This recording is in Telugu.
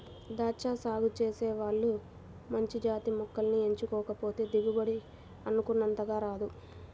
దాచ్చా సాగు చేసే వాళ్ళు మంచి జాతి మొక్కల్ని ఎంచుకోకపోతే దిగుబడి అనుకున్నంతగా రాదు